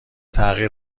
تغییر